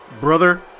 Brother